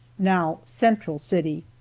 now central city.